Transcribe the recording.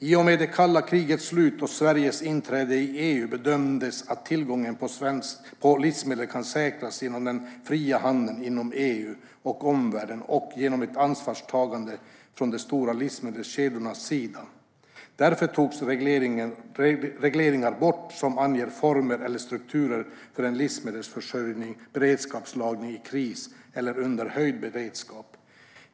I och med kalla krigets slut och Sveriges inträde i EU bedömdes det att tillgången på livsmedel kan säkras genom den fria handeln inom EU och med omvärlden och genom ett ansvarstagande från de stora livsmedelskedjornas sida. Därför togs regleringar bort som anger former eller strukturer för en livsmedelsförsörjning eller beredskapslagring i kris eller under höjd beredskap.